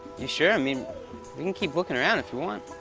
you sure? i mean, we can keep looking around if you want.